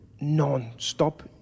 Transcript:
non-stop